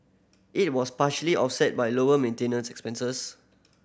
it was partially offset by lower maintenance expenses